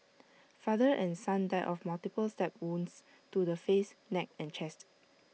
father and son died of multiple stab wounds to the face neck and chest